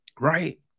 right